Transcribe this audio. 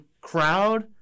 crowd